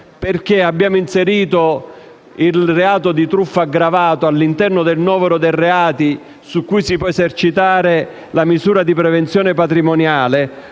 infatti, inserito il reato di truffa aggravata all'interno del novero dei reati su cui si può esercitare la misura di prevenzione patrimoniale